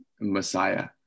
Messiah